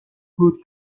بود